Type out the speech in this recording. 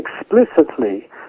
explicitly